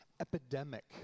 epidemic